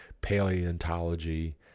paleontology